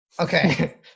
Okay